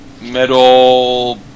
metal